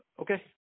okay